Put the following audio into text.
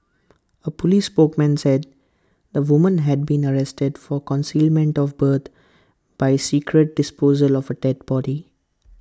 A Police spokesman said the woman had been arrested for concealment of birth by secret disposal of A dead body